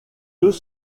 deux